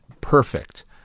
perfect